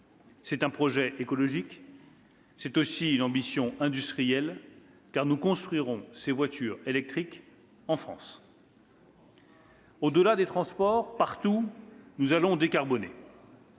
C'est un projet écologique. C'est aussi une ambition industrielle, car nous construirons ces voitures électriques en France. « Au-delà des transports, partout, nous allons décarboner.